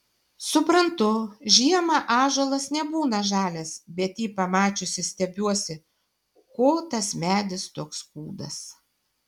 suprantu žiemą ąžuolas nebūna žalias bet jį pamačiusi stebiuosi ko tas medis toks kūdas